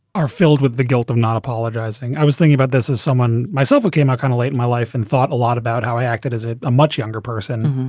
are filled with the guilt of not apologizing. i was thinking about this as someone myself came out kind of late in my life and thought a lot about how i acted as ah a much younger person.